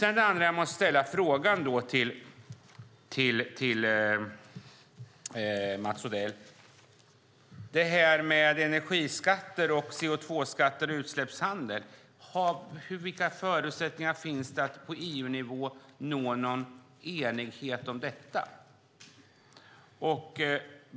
En annan sak jag måste ställa en fråga till Mats Odell om är detta med energiskatter, CO2-skatter och utsläppshandel. Vilka förutsättningar finns det för att på EU-nivå nå någon enighet om detta?